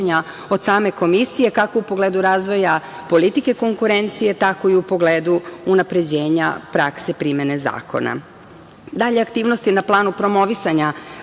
od same Komisije, kako u pogledu razvoja politike konkurencije, tako i u pogledu unapređenja prakse primene zakona. Dalje, aktivnosti na planu promovisanja